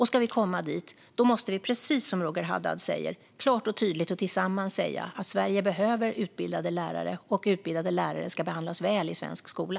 Ska vi komma dit måste vi, precis som Roger Haddad säger, klart och tydligt och tillsammans säga att Sverige behöver utbildade lärare och att utbildade lärare ska behandlas väl i svensk skola.